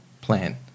plan